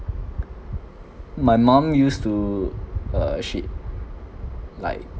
my mum used to uh shit like